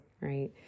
right